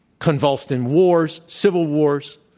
convulsed in wars, civil wars,